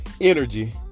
energy